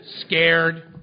scared